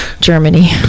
Germany